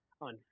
on